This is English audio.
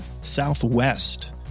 southwest